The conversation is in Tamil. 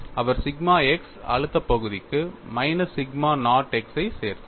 அவர் சிக்மா x அழுத்த பகுதிக்கு மைனஸ் சிக்மா நாட் x ஐ சேர்த்தார்